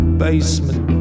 basement